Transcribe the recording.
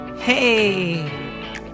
Hey